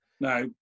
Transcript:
Now